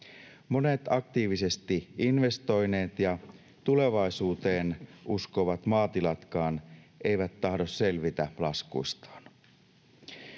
Monet aktiivisesti investoineet ja tulevaisuuteen uskovatkaan maatilat eivät tahdo selvitä laskuistaan.